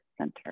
center